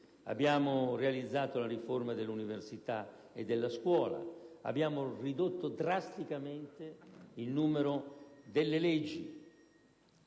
Abbiamo realizzato la riforma dell'università e della scuola; abbiamo ridotto drasticamente il numero delle leggi;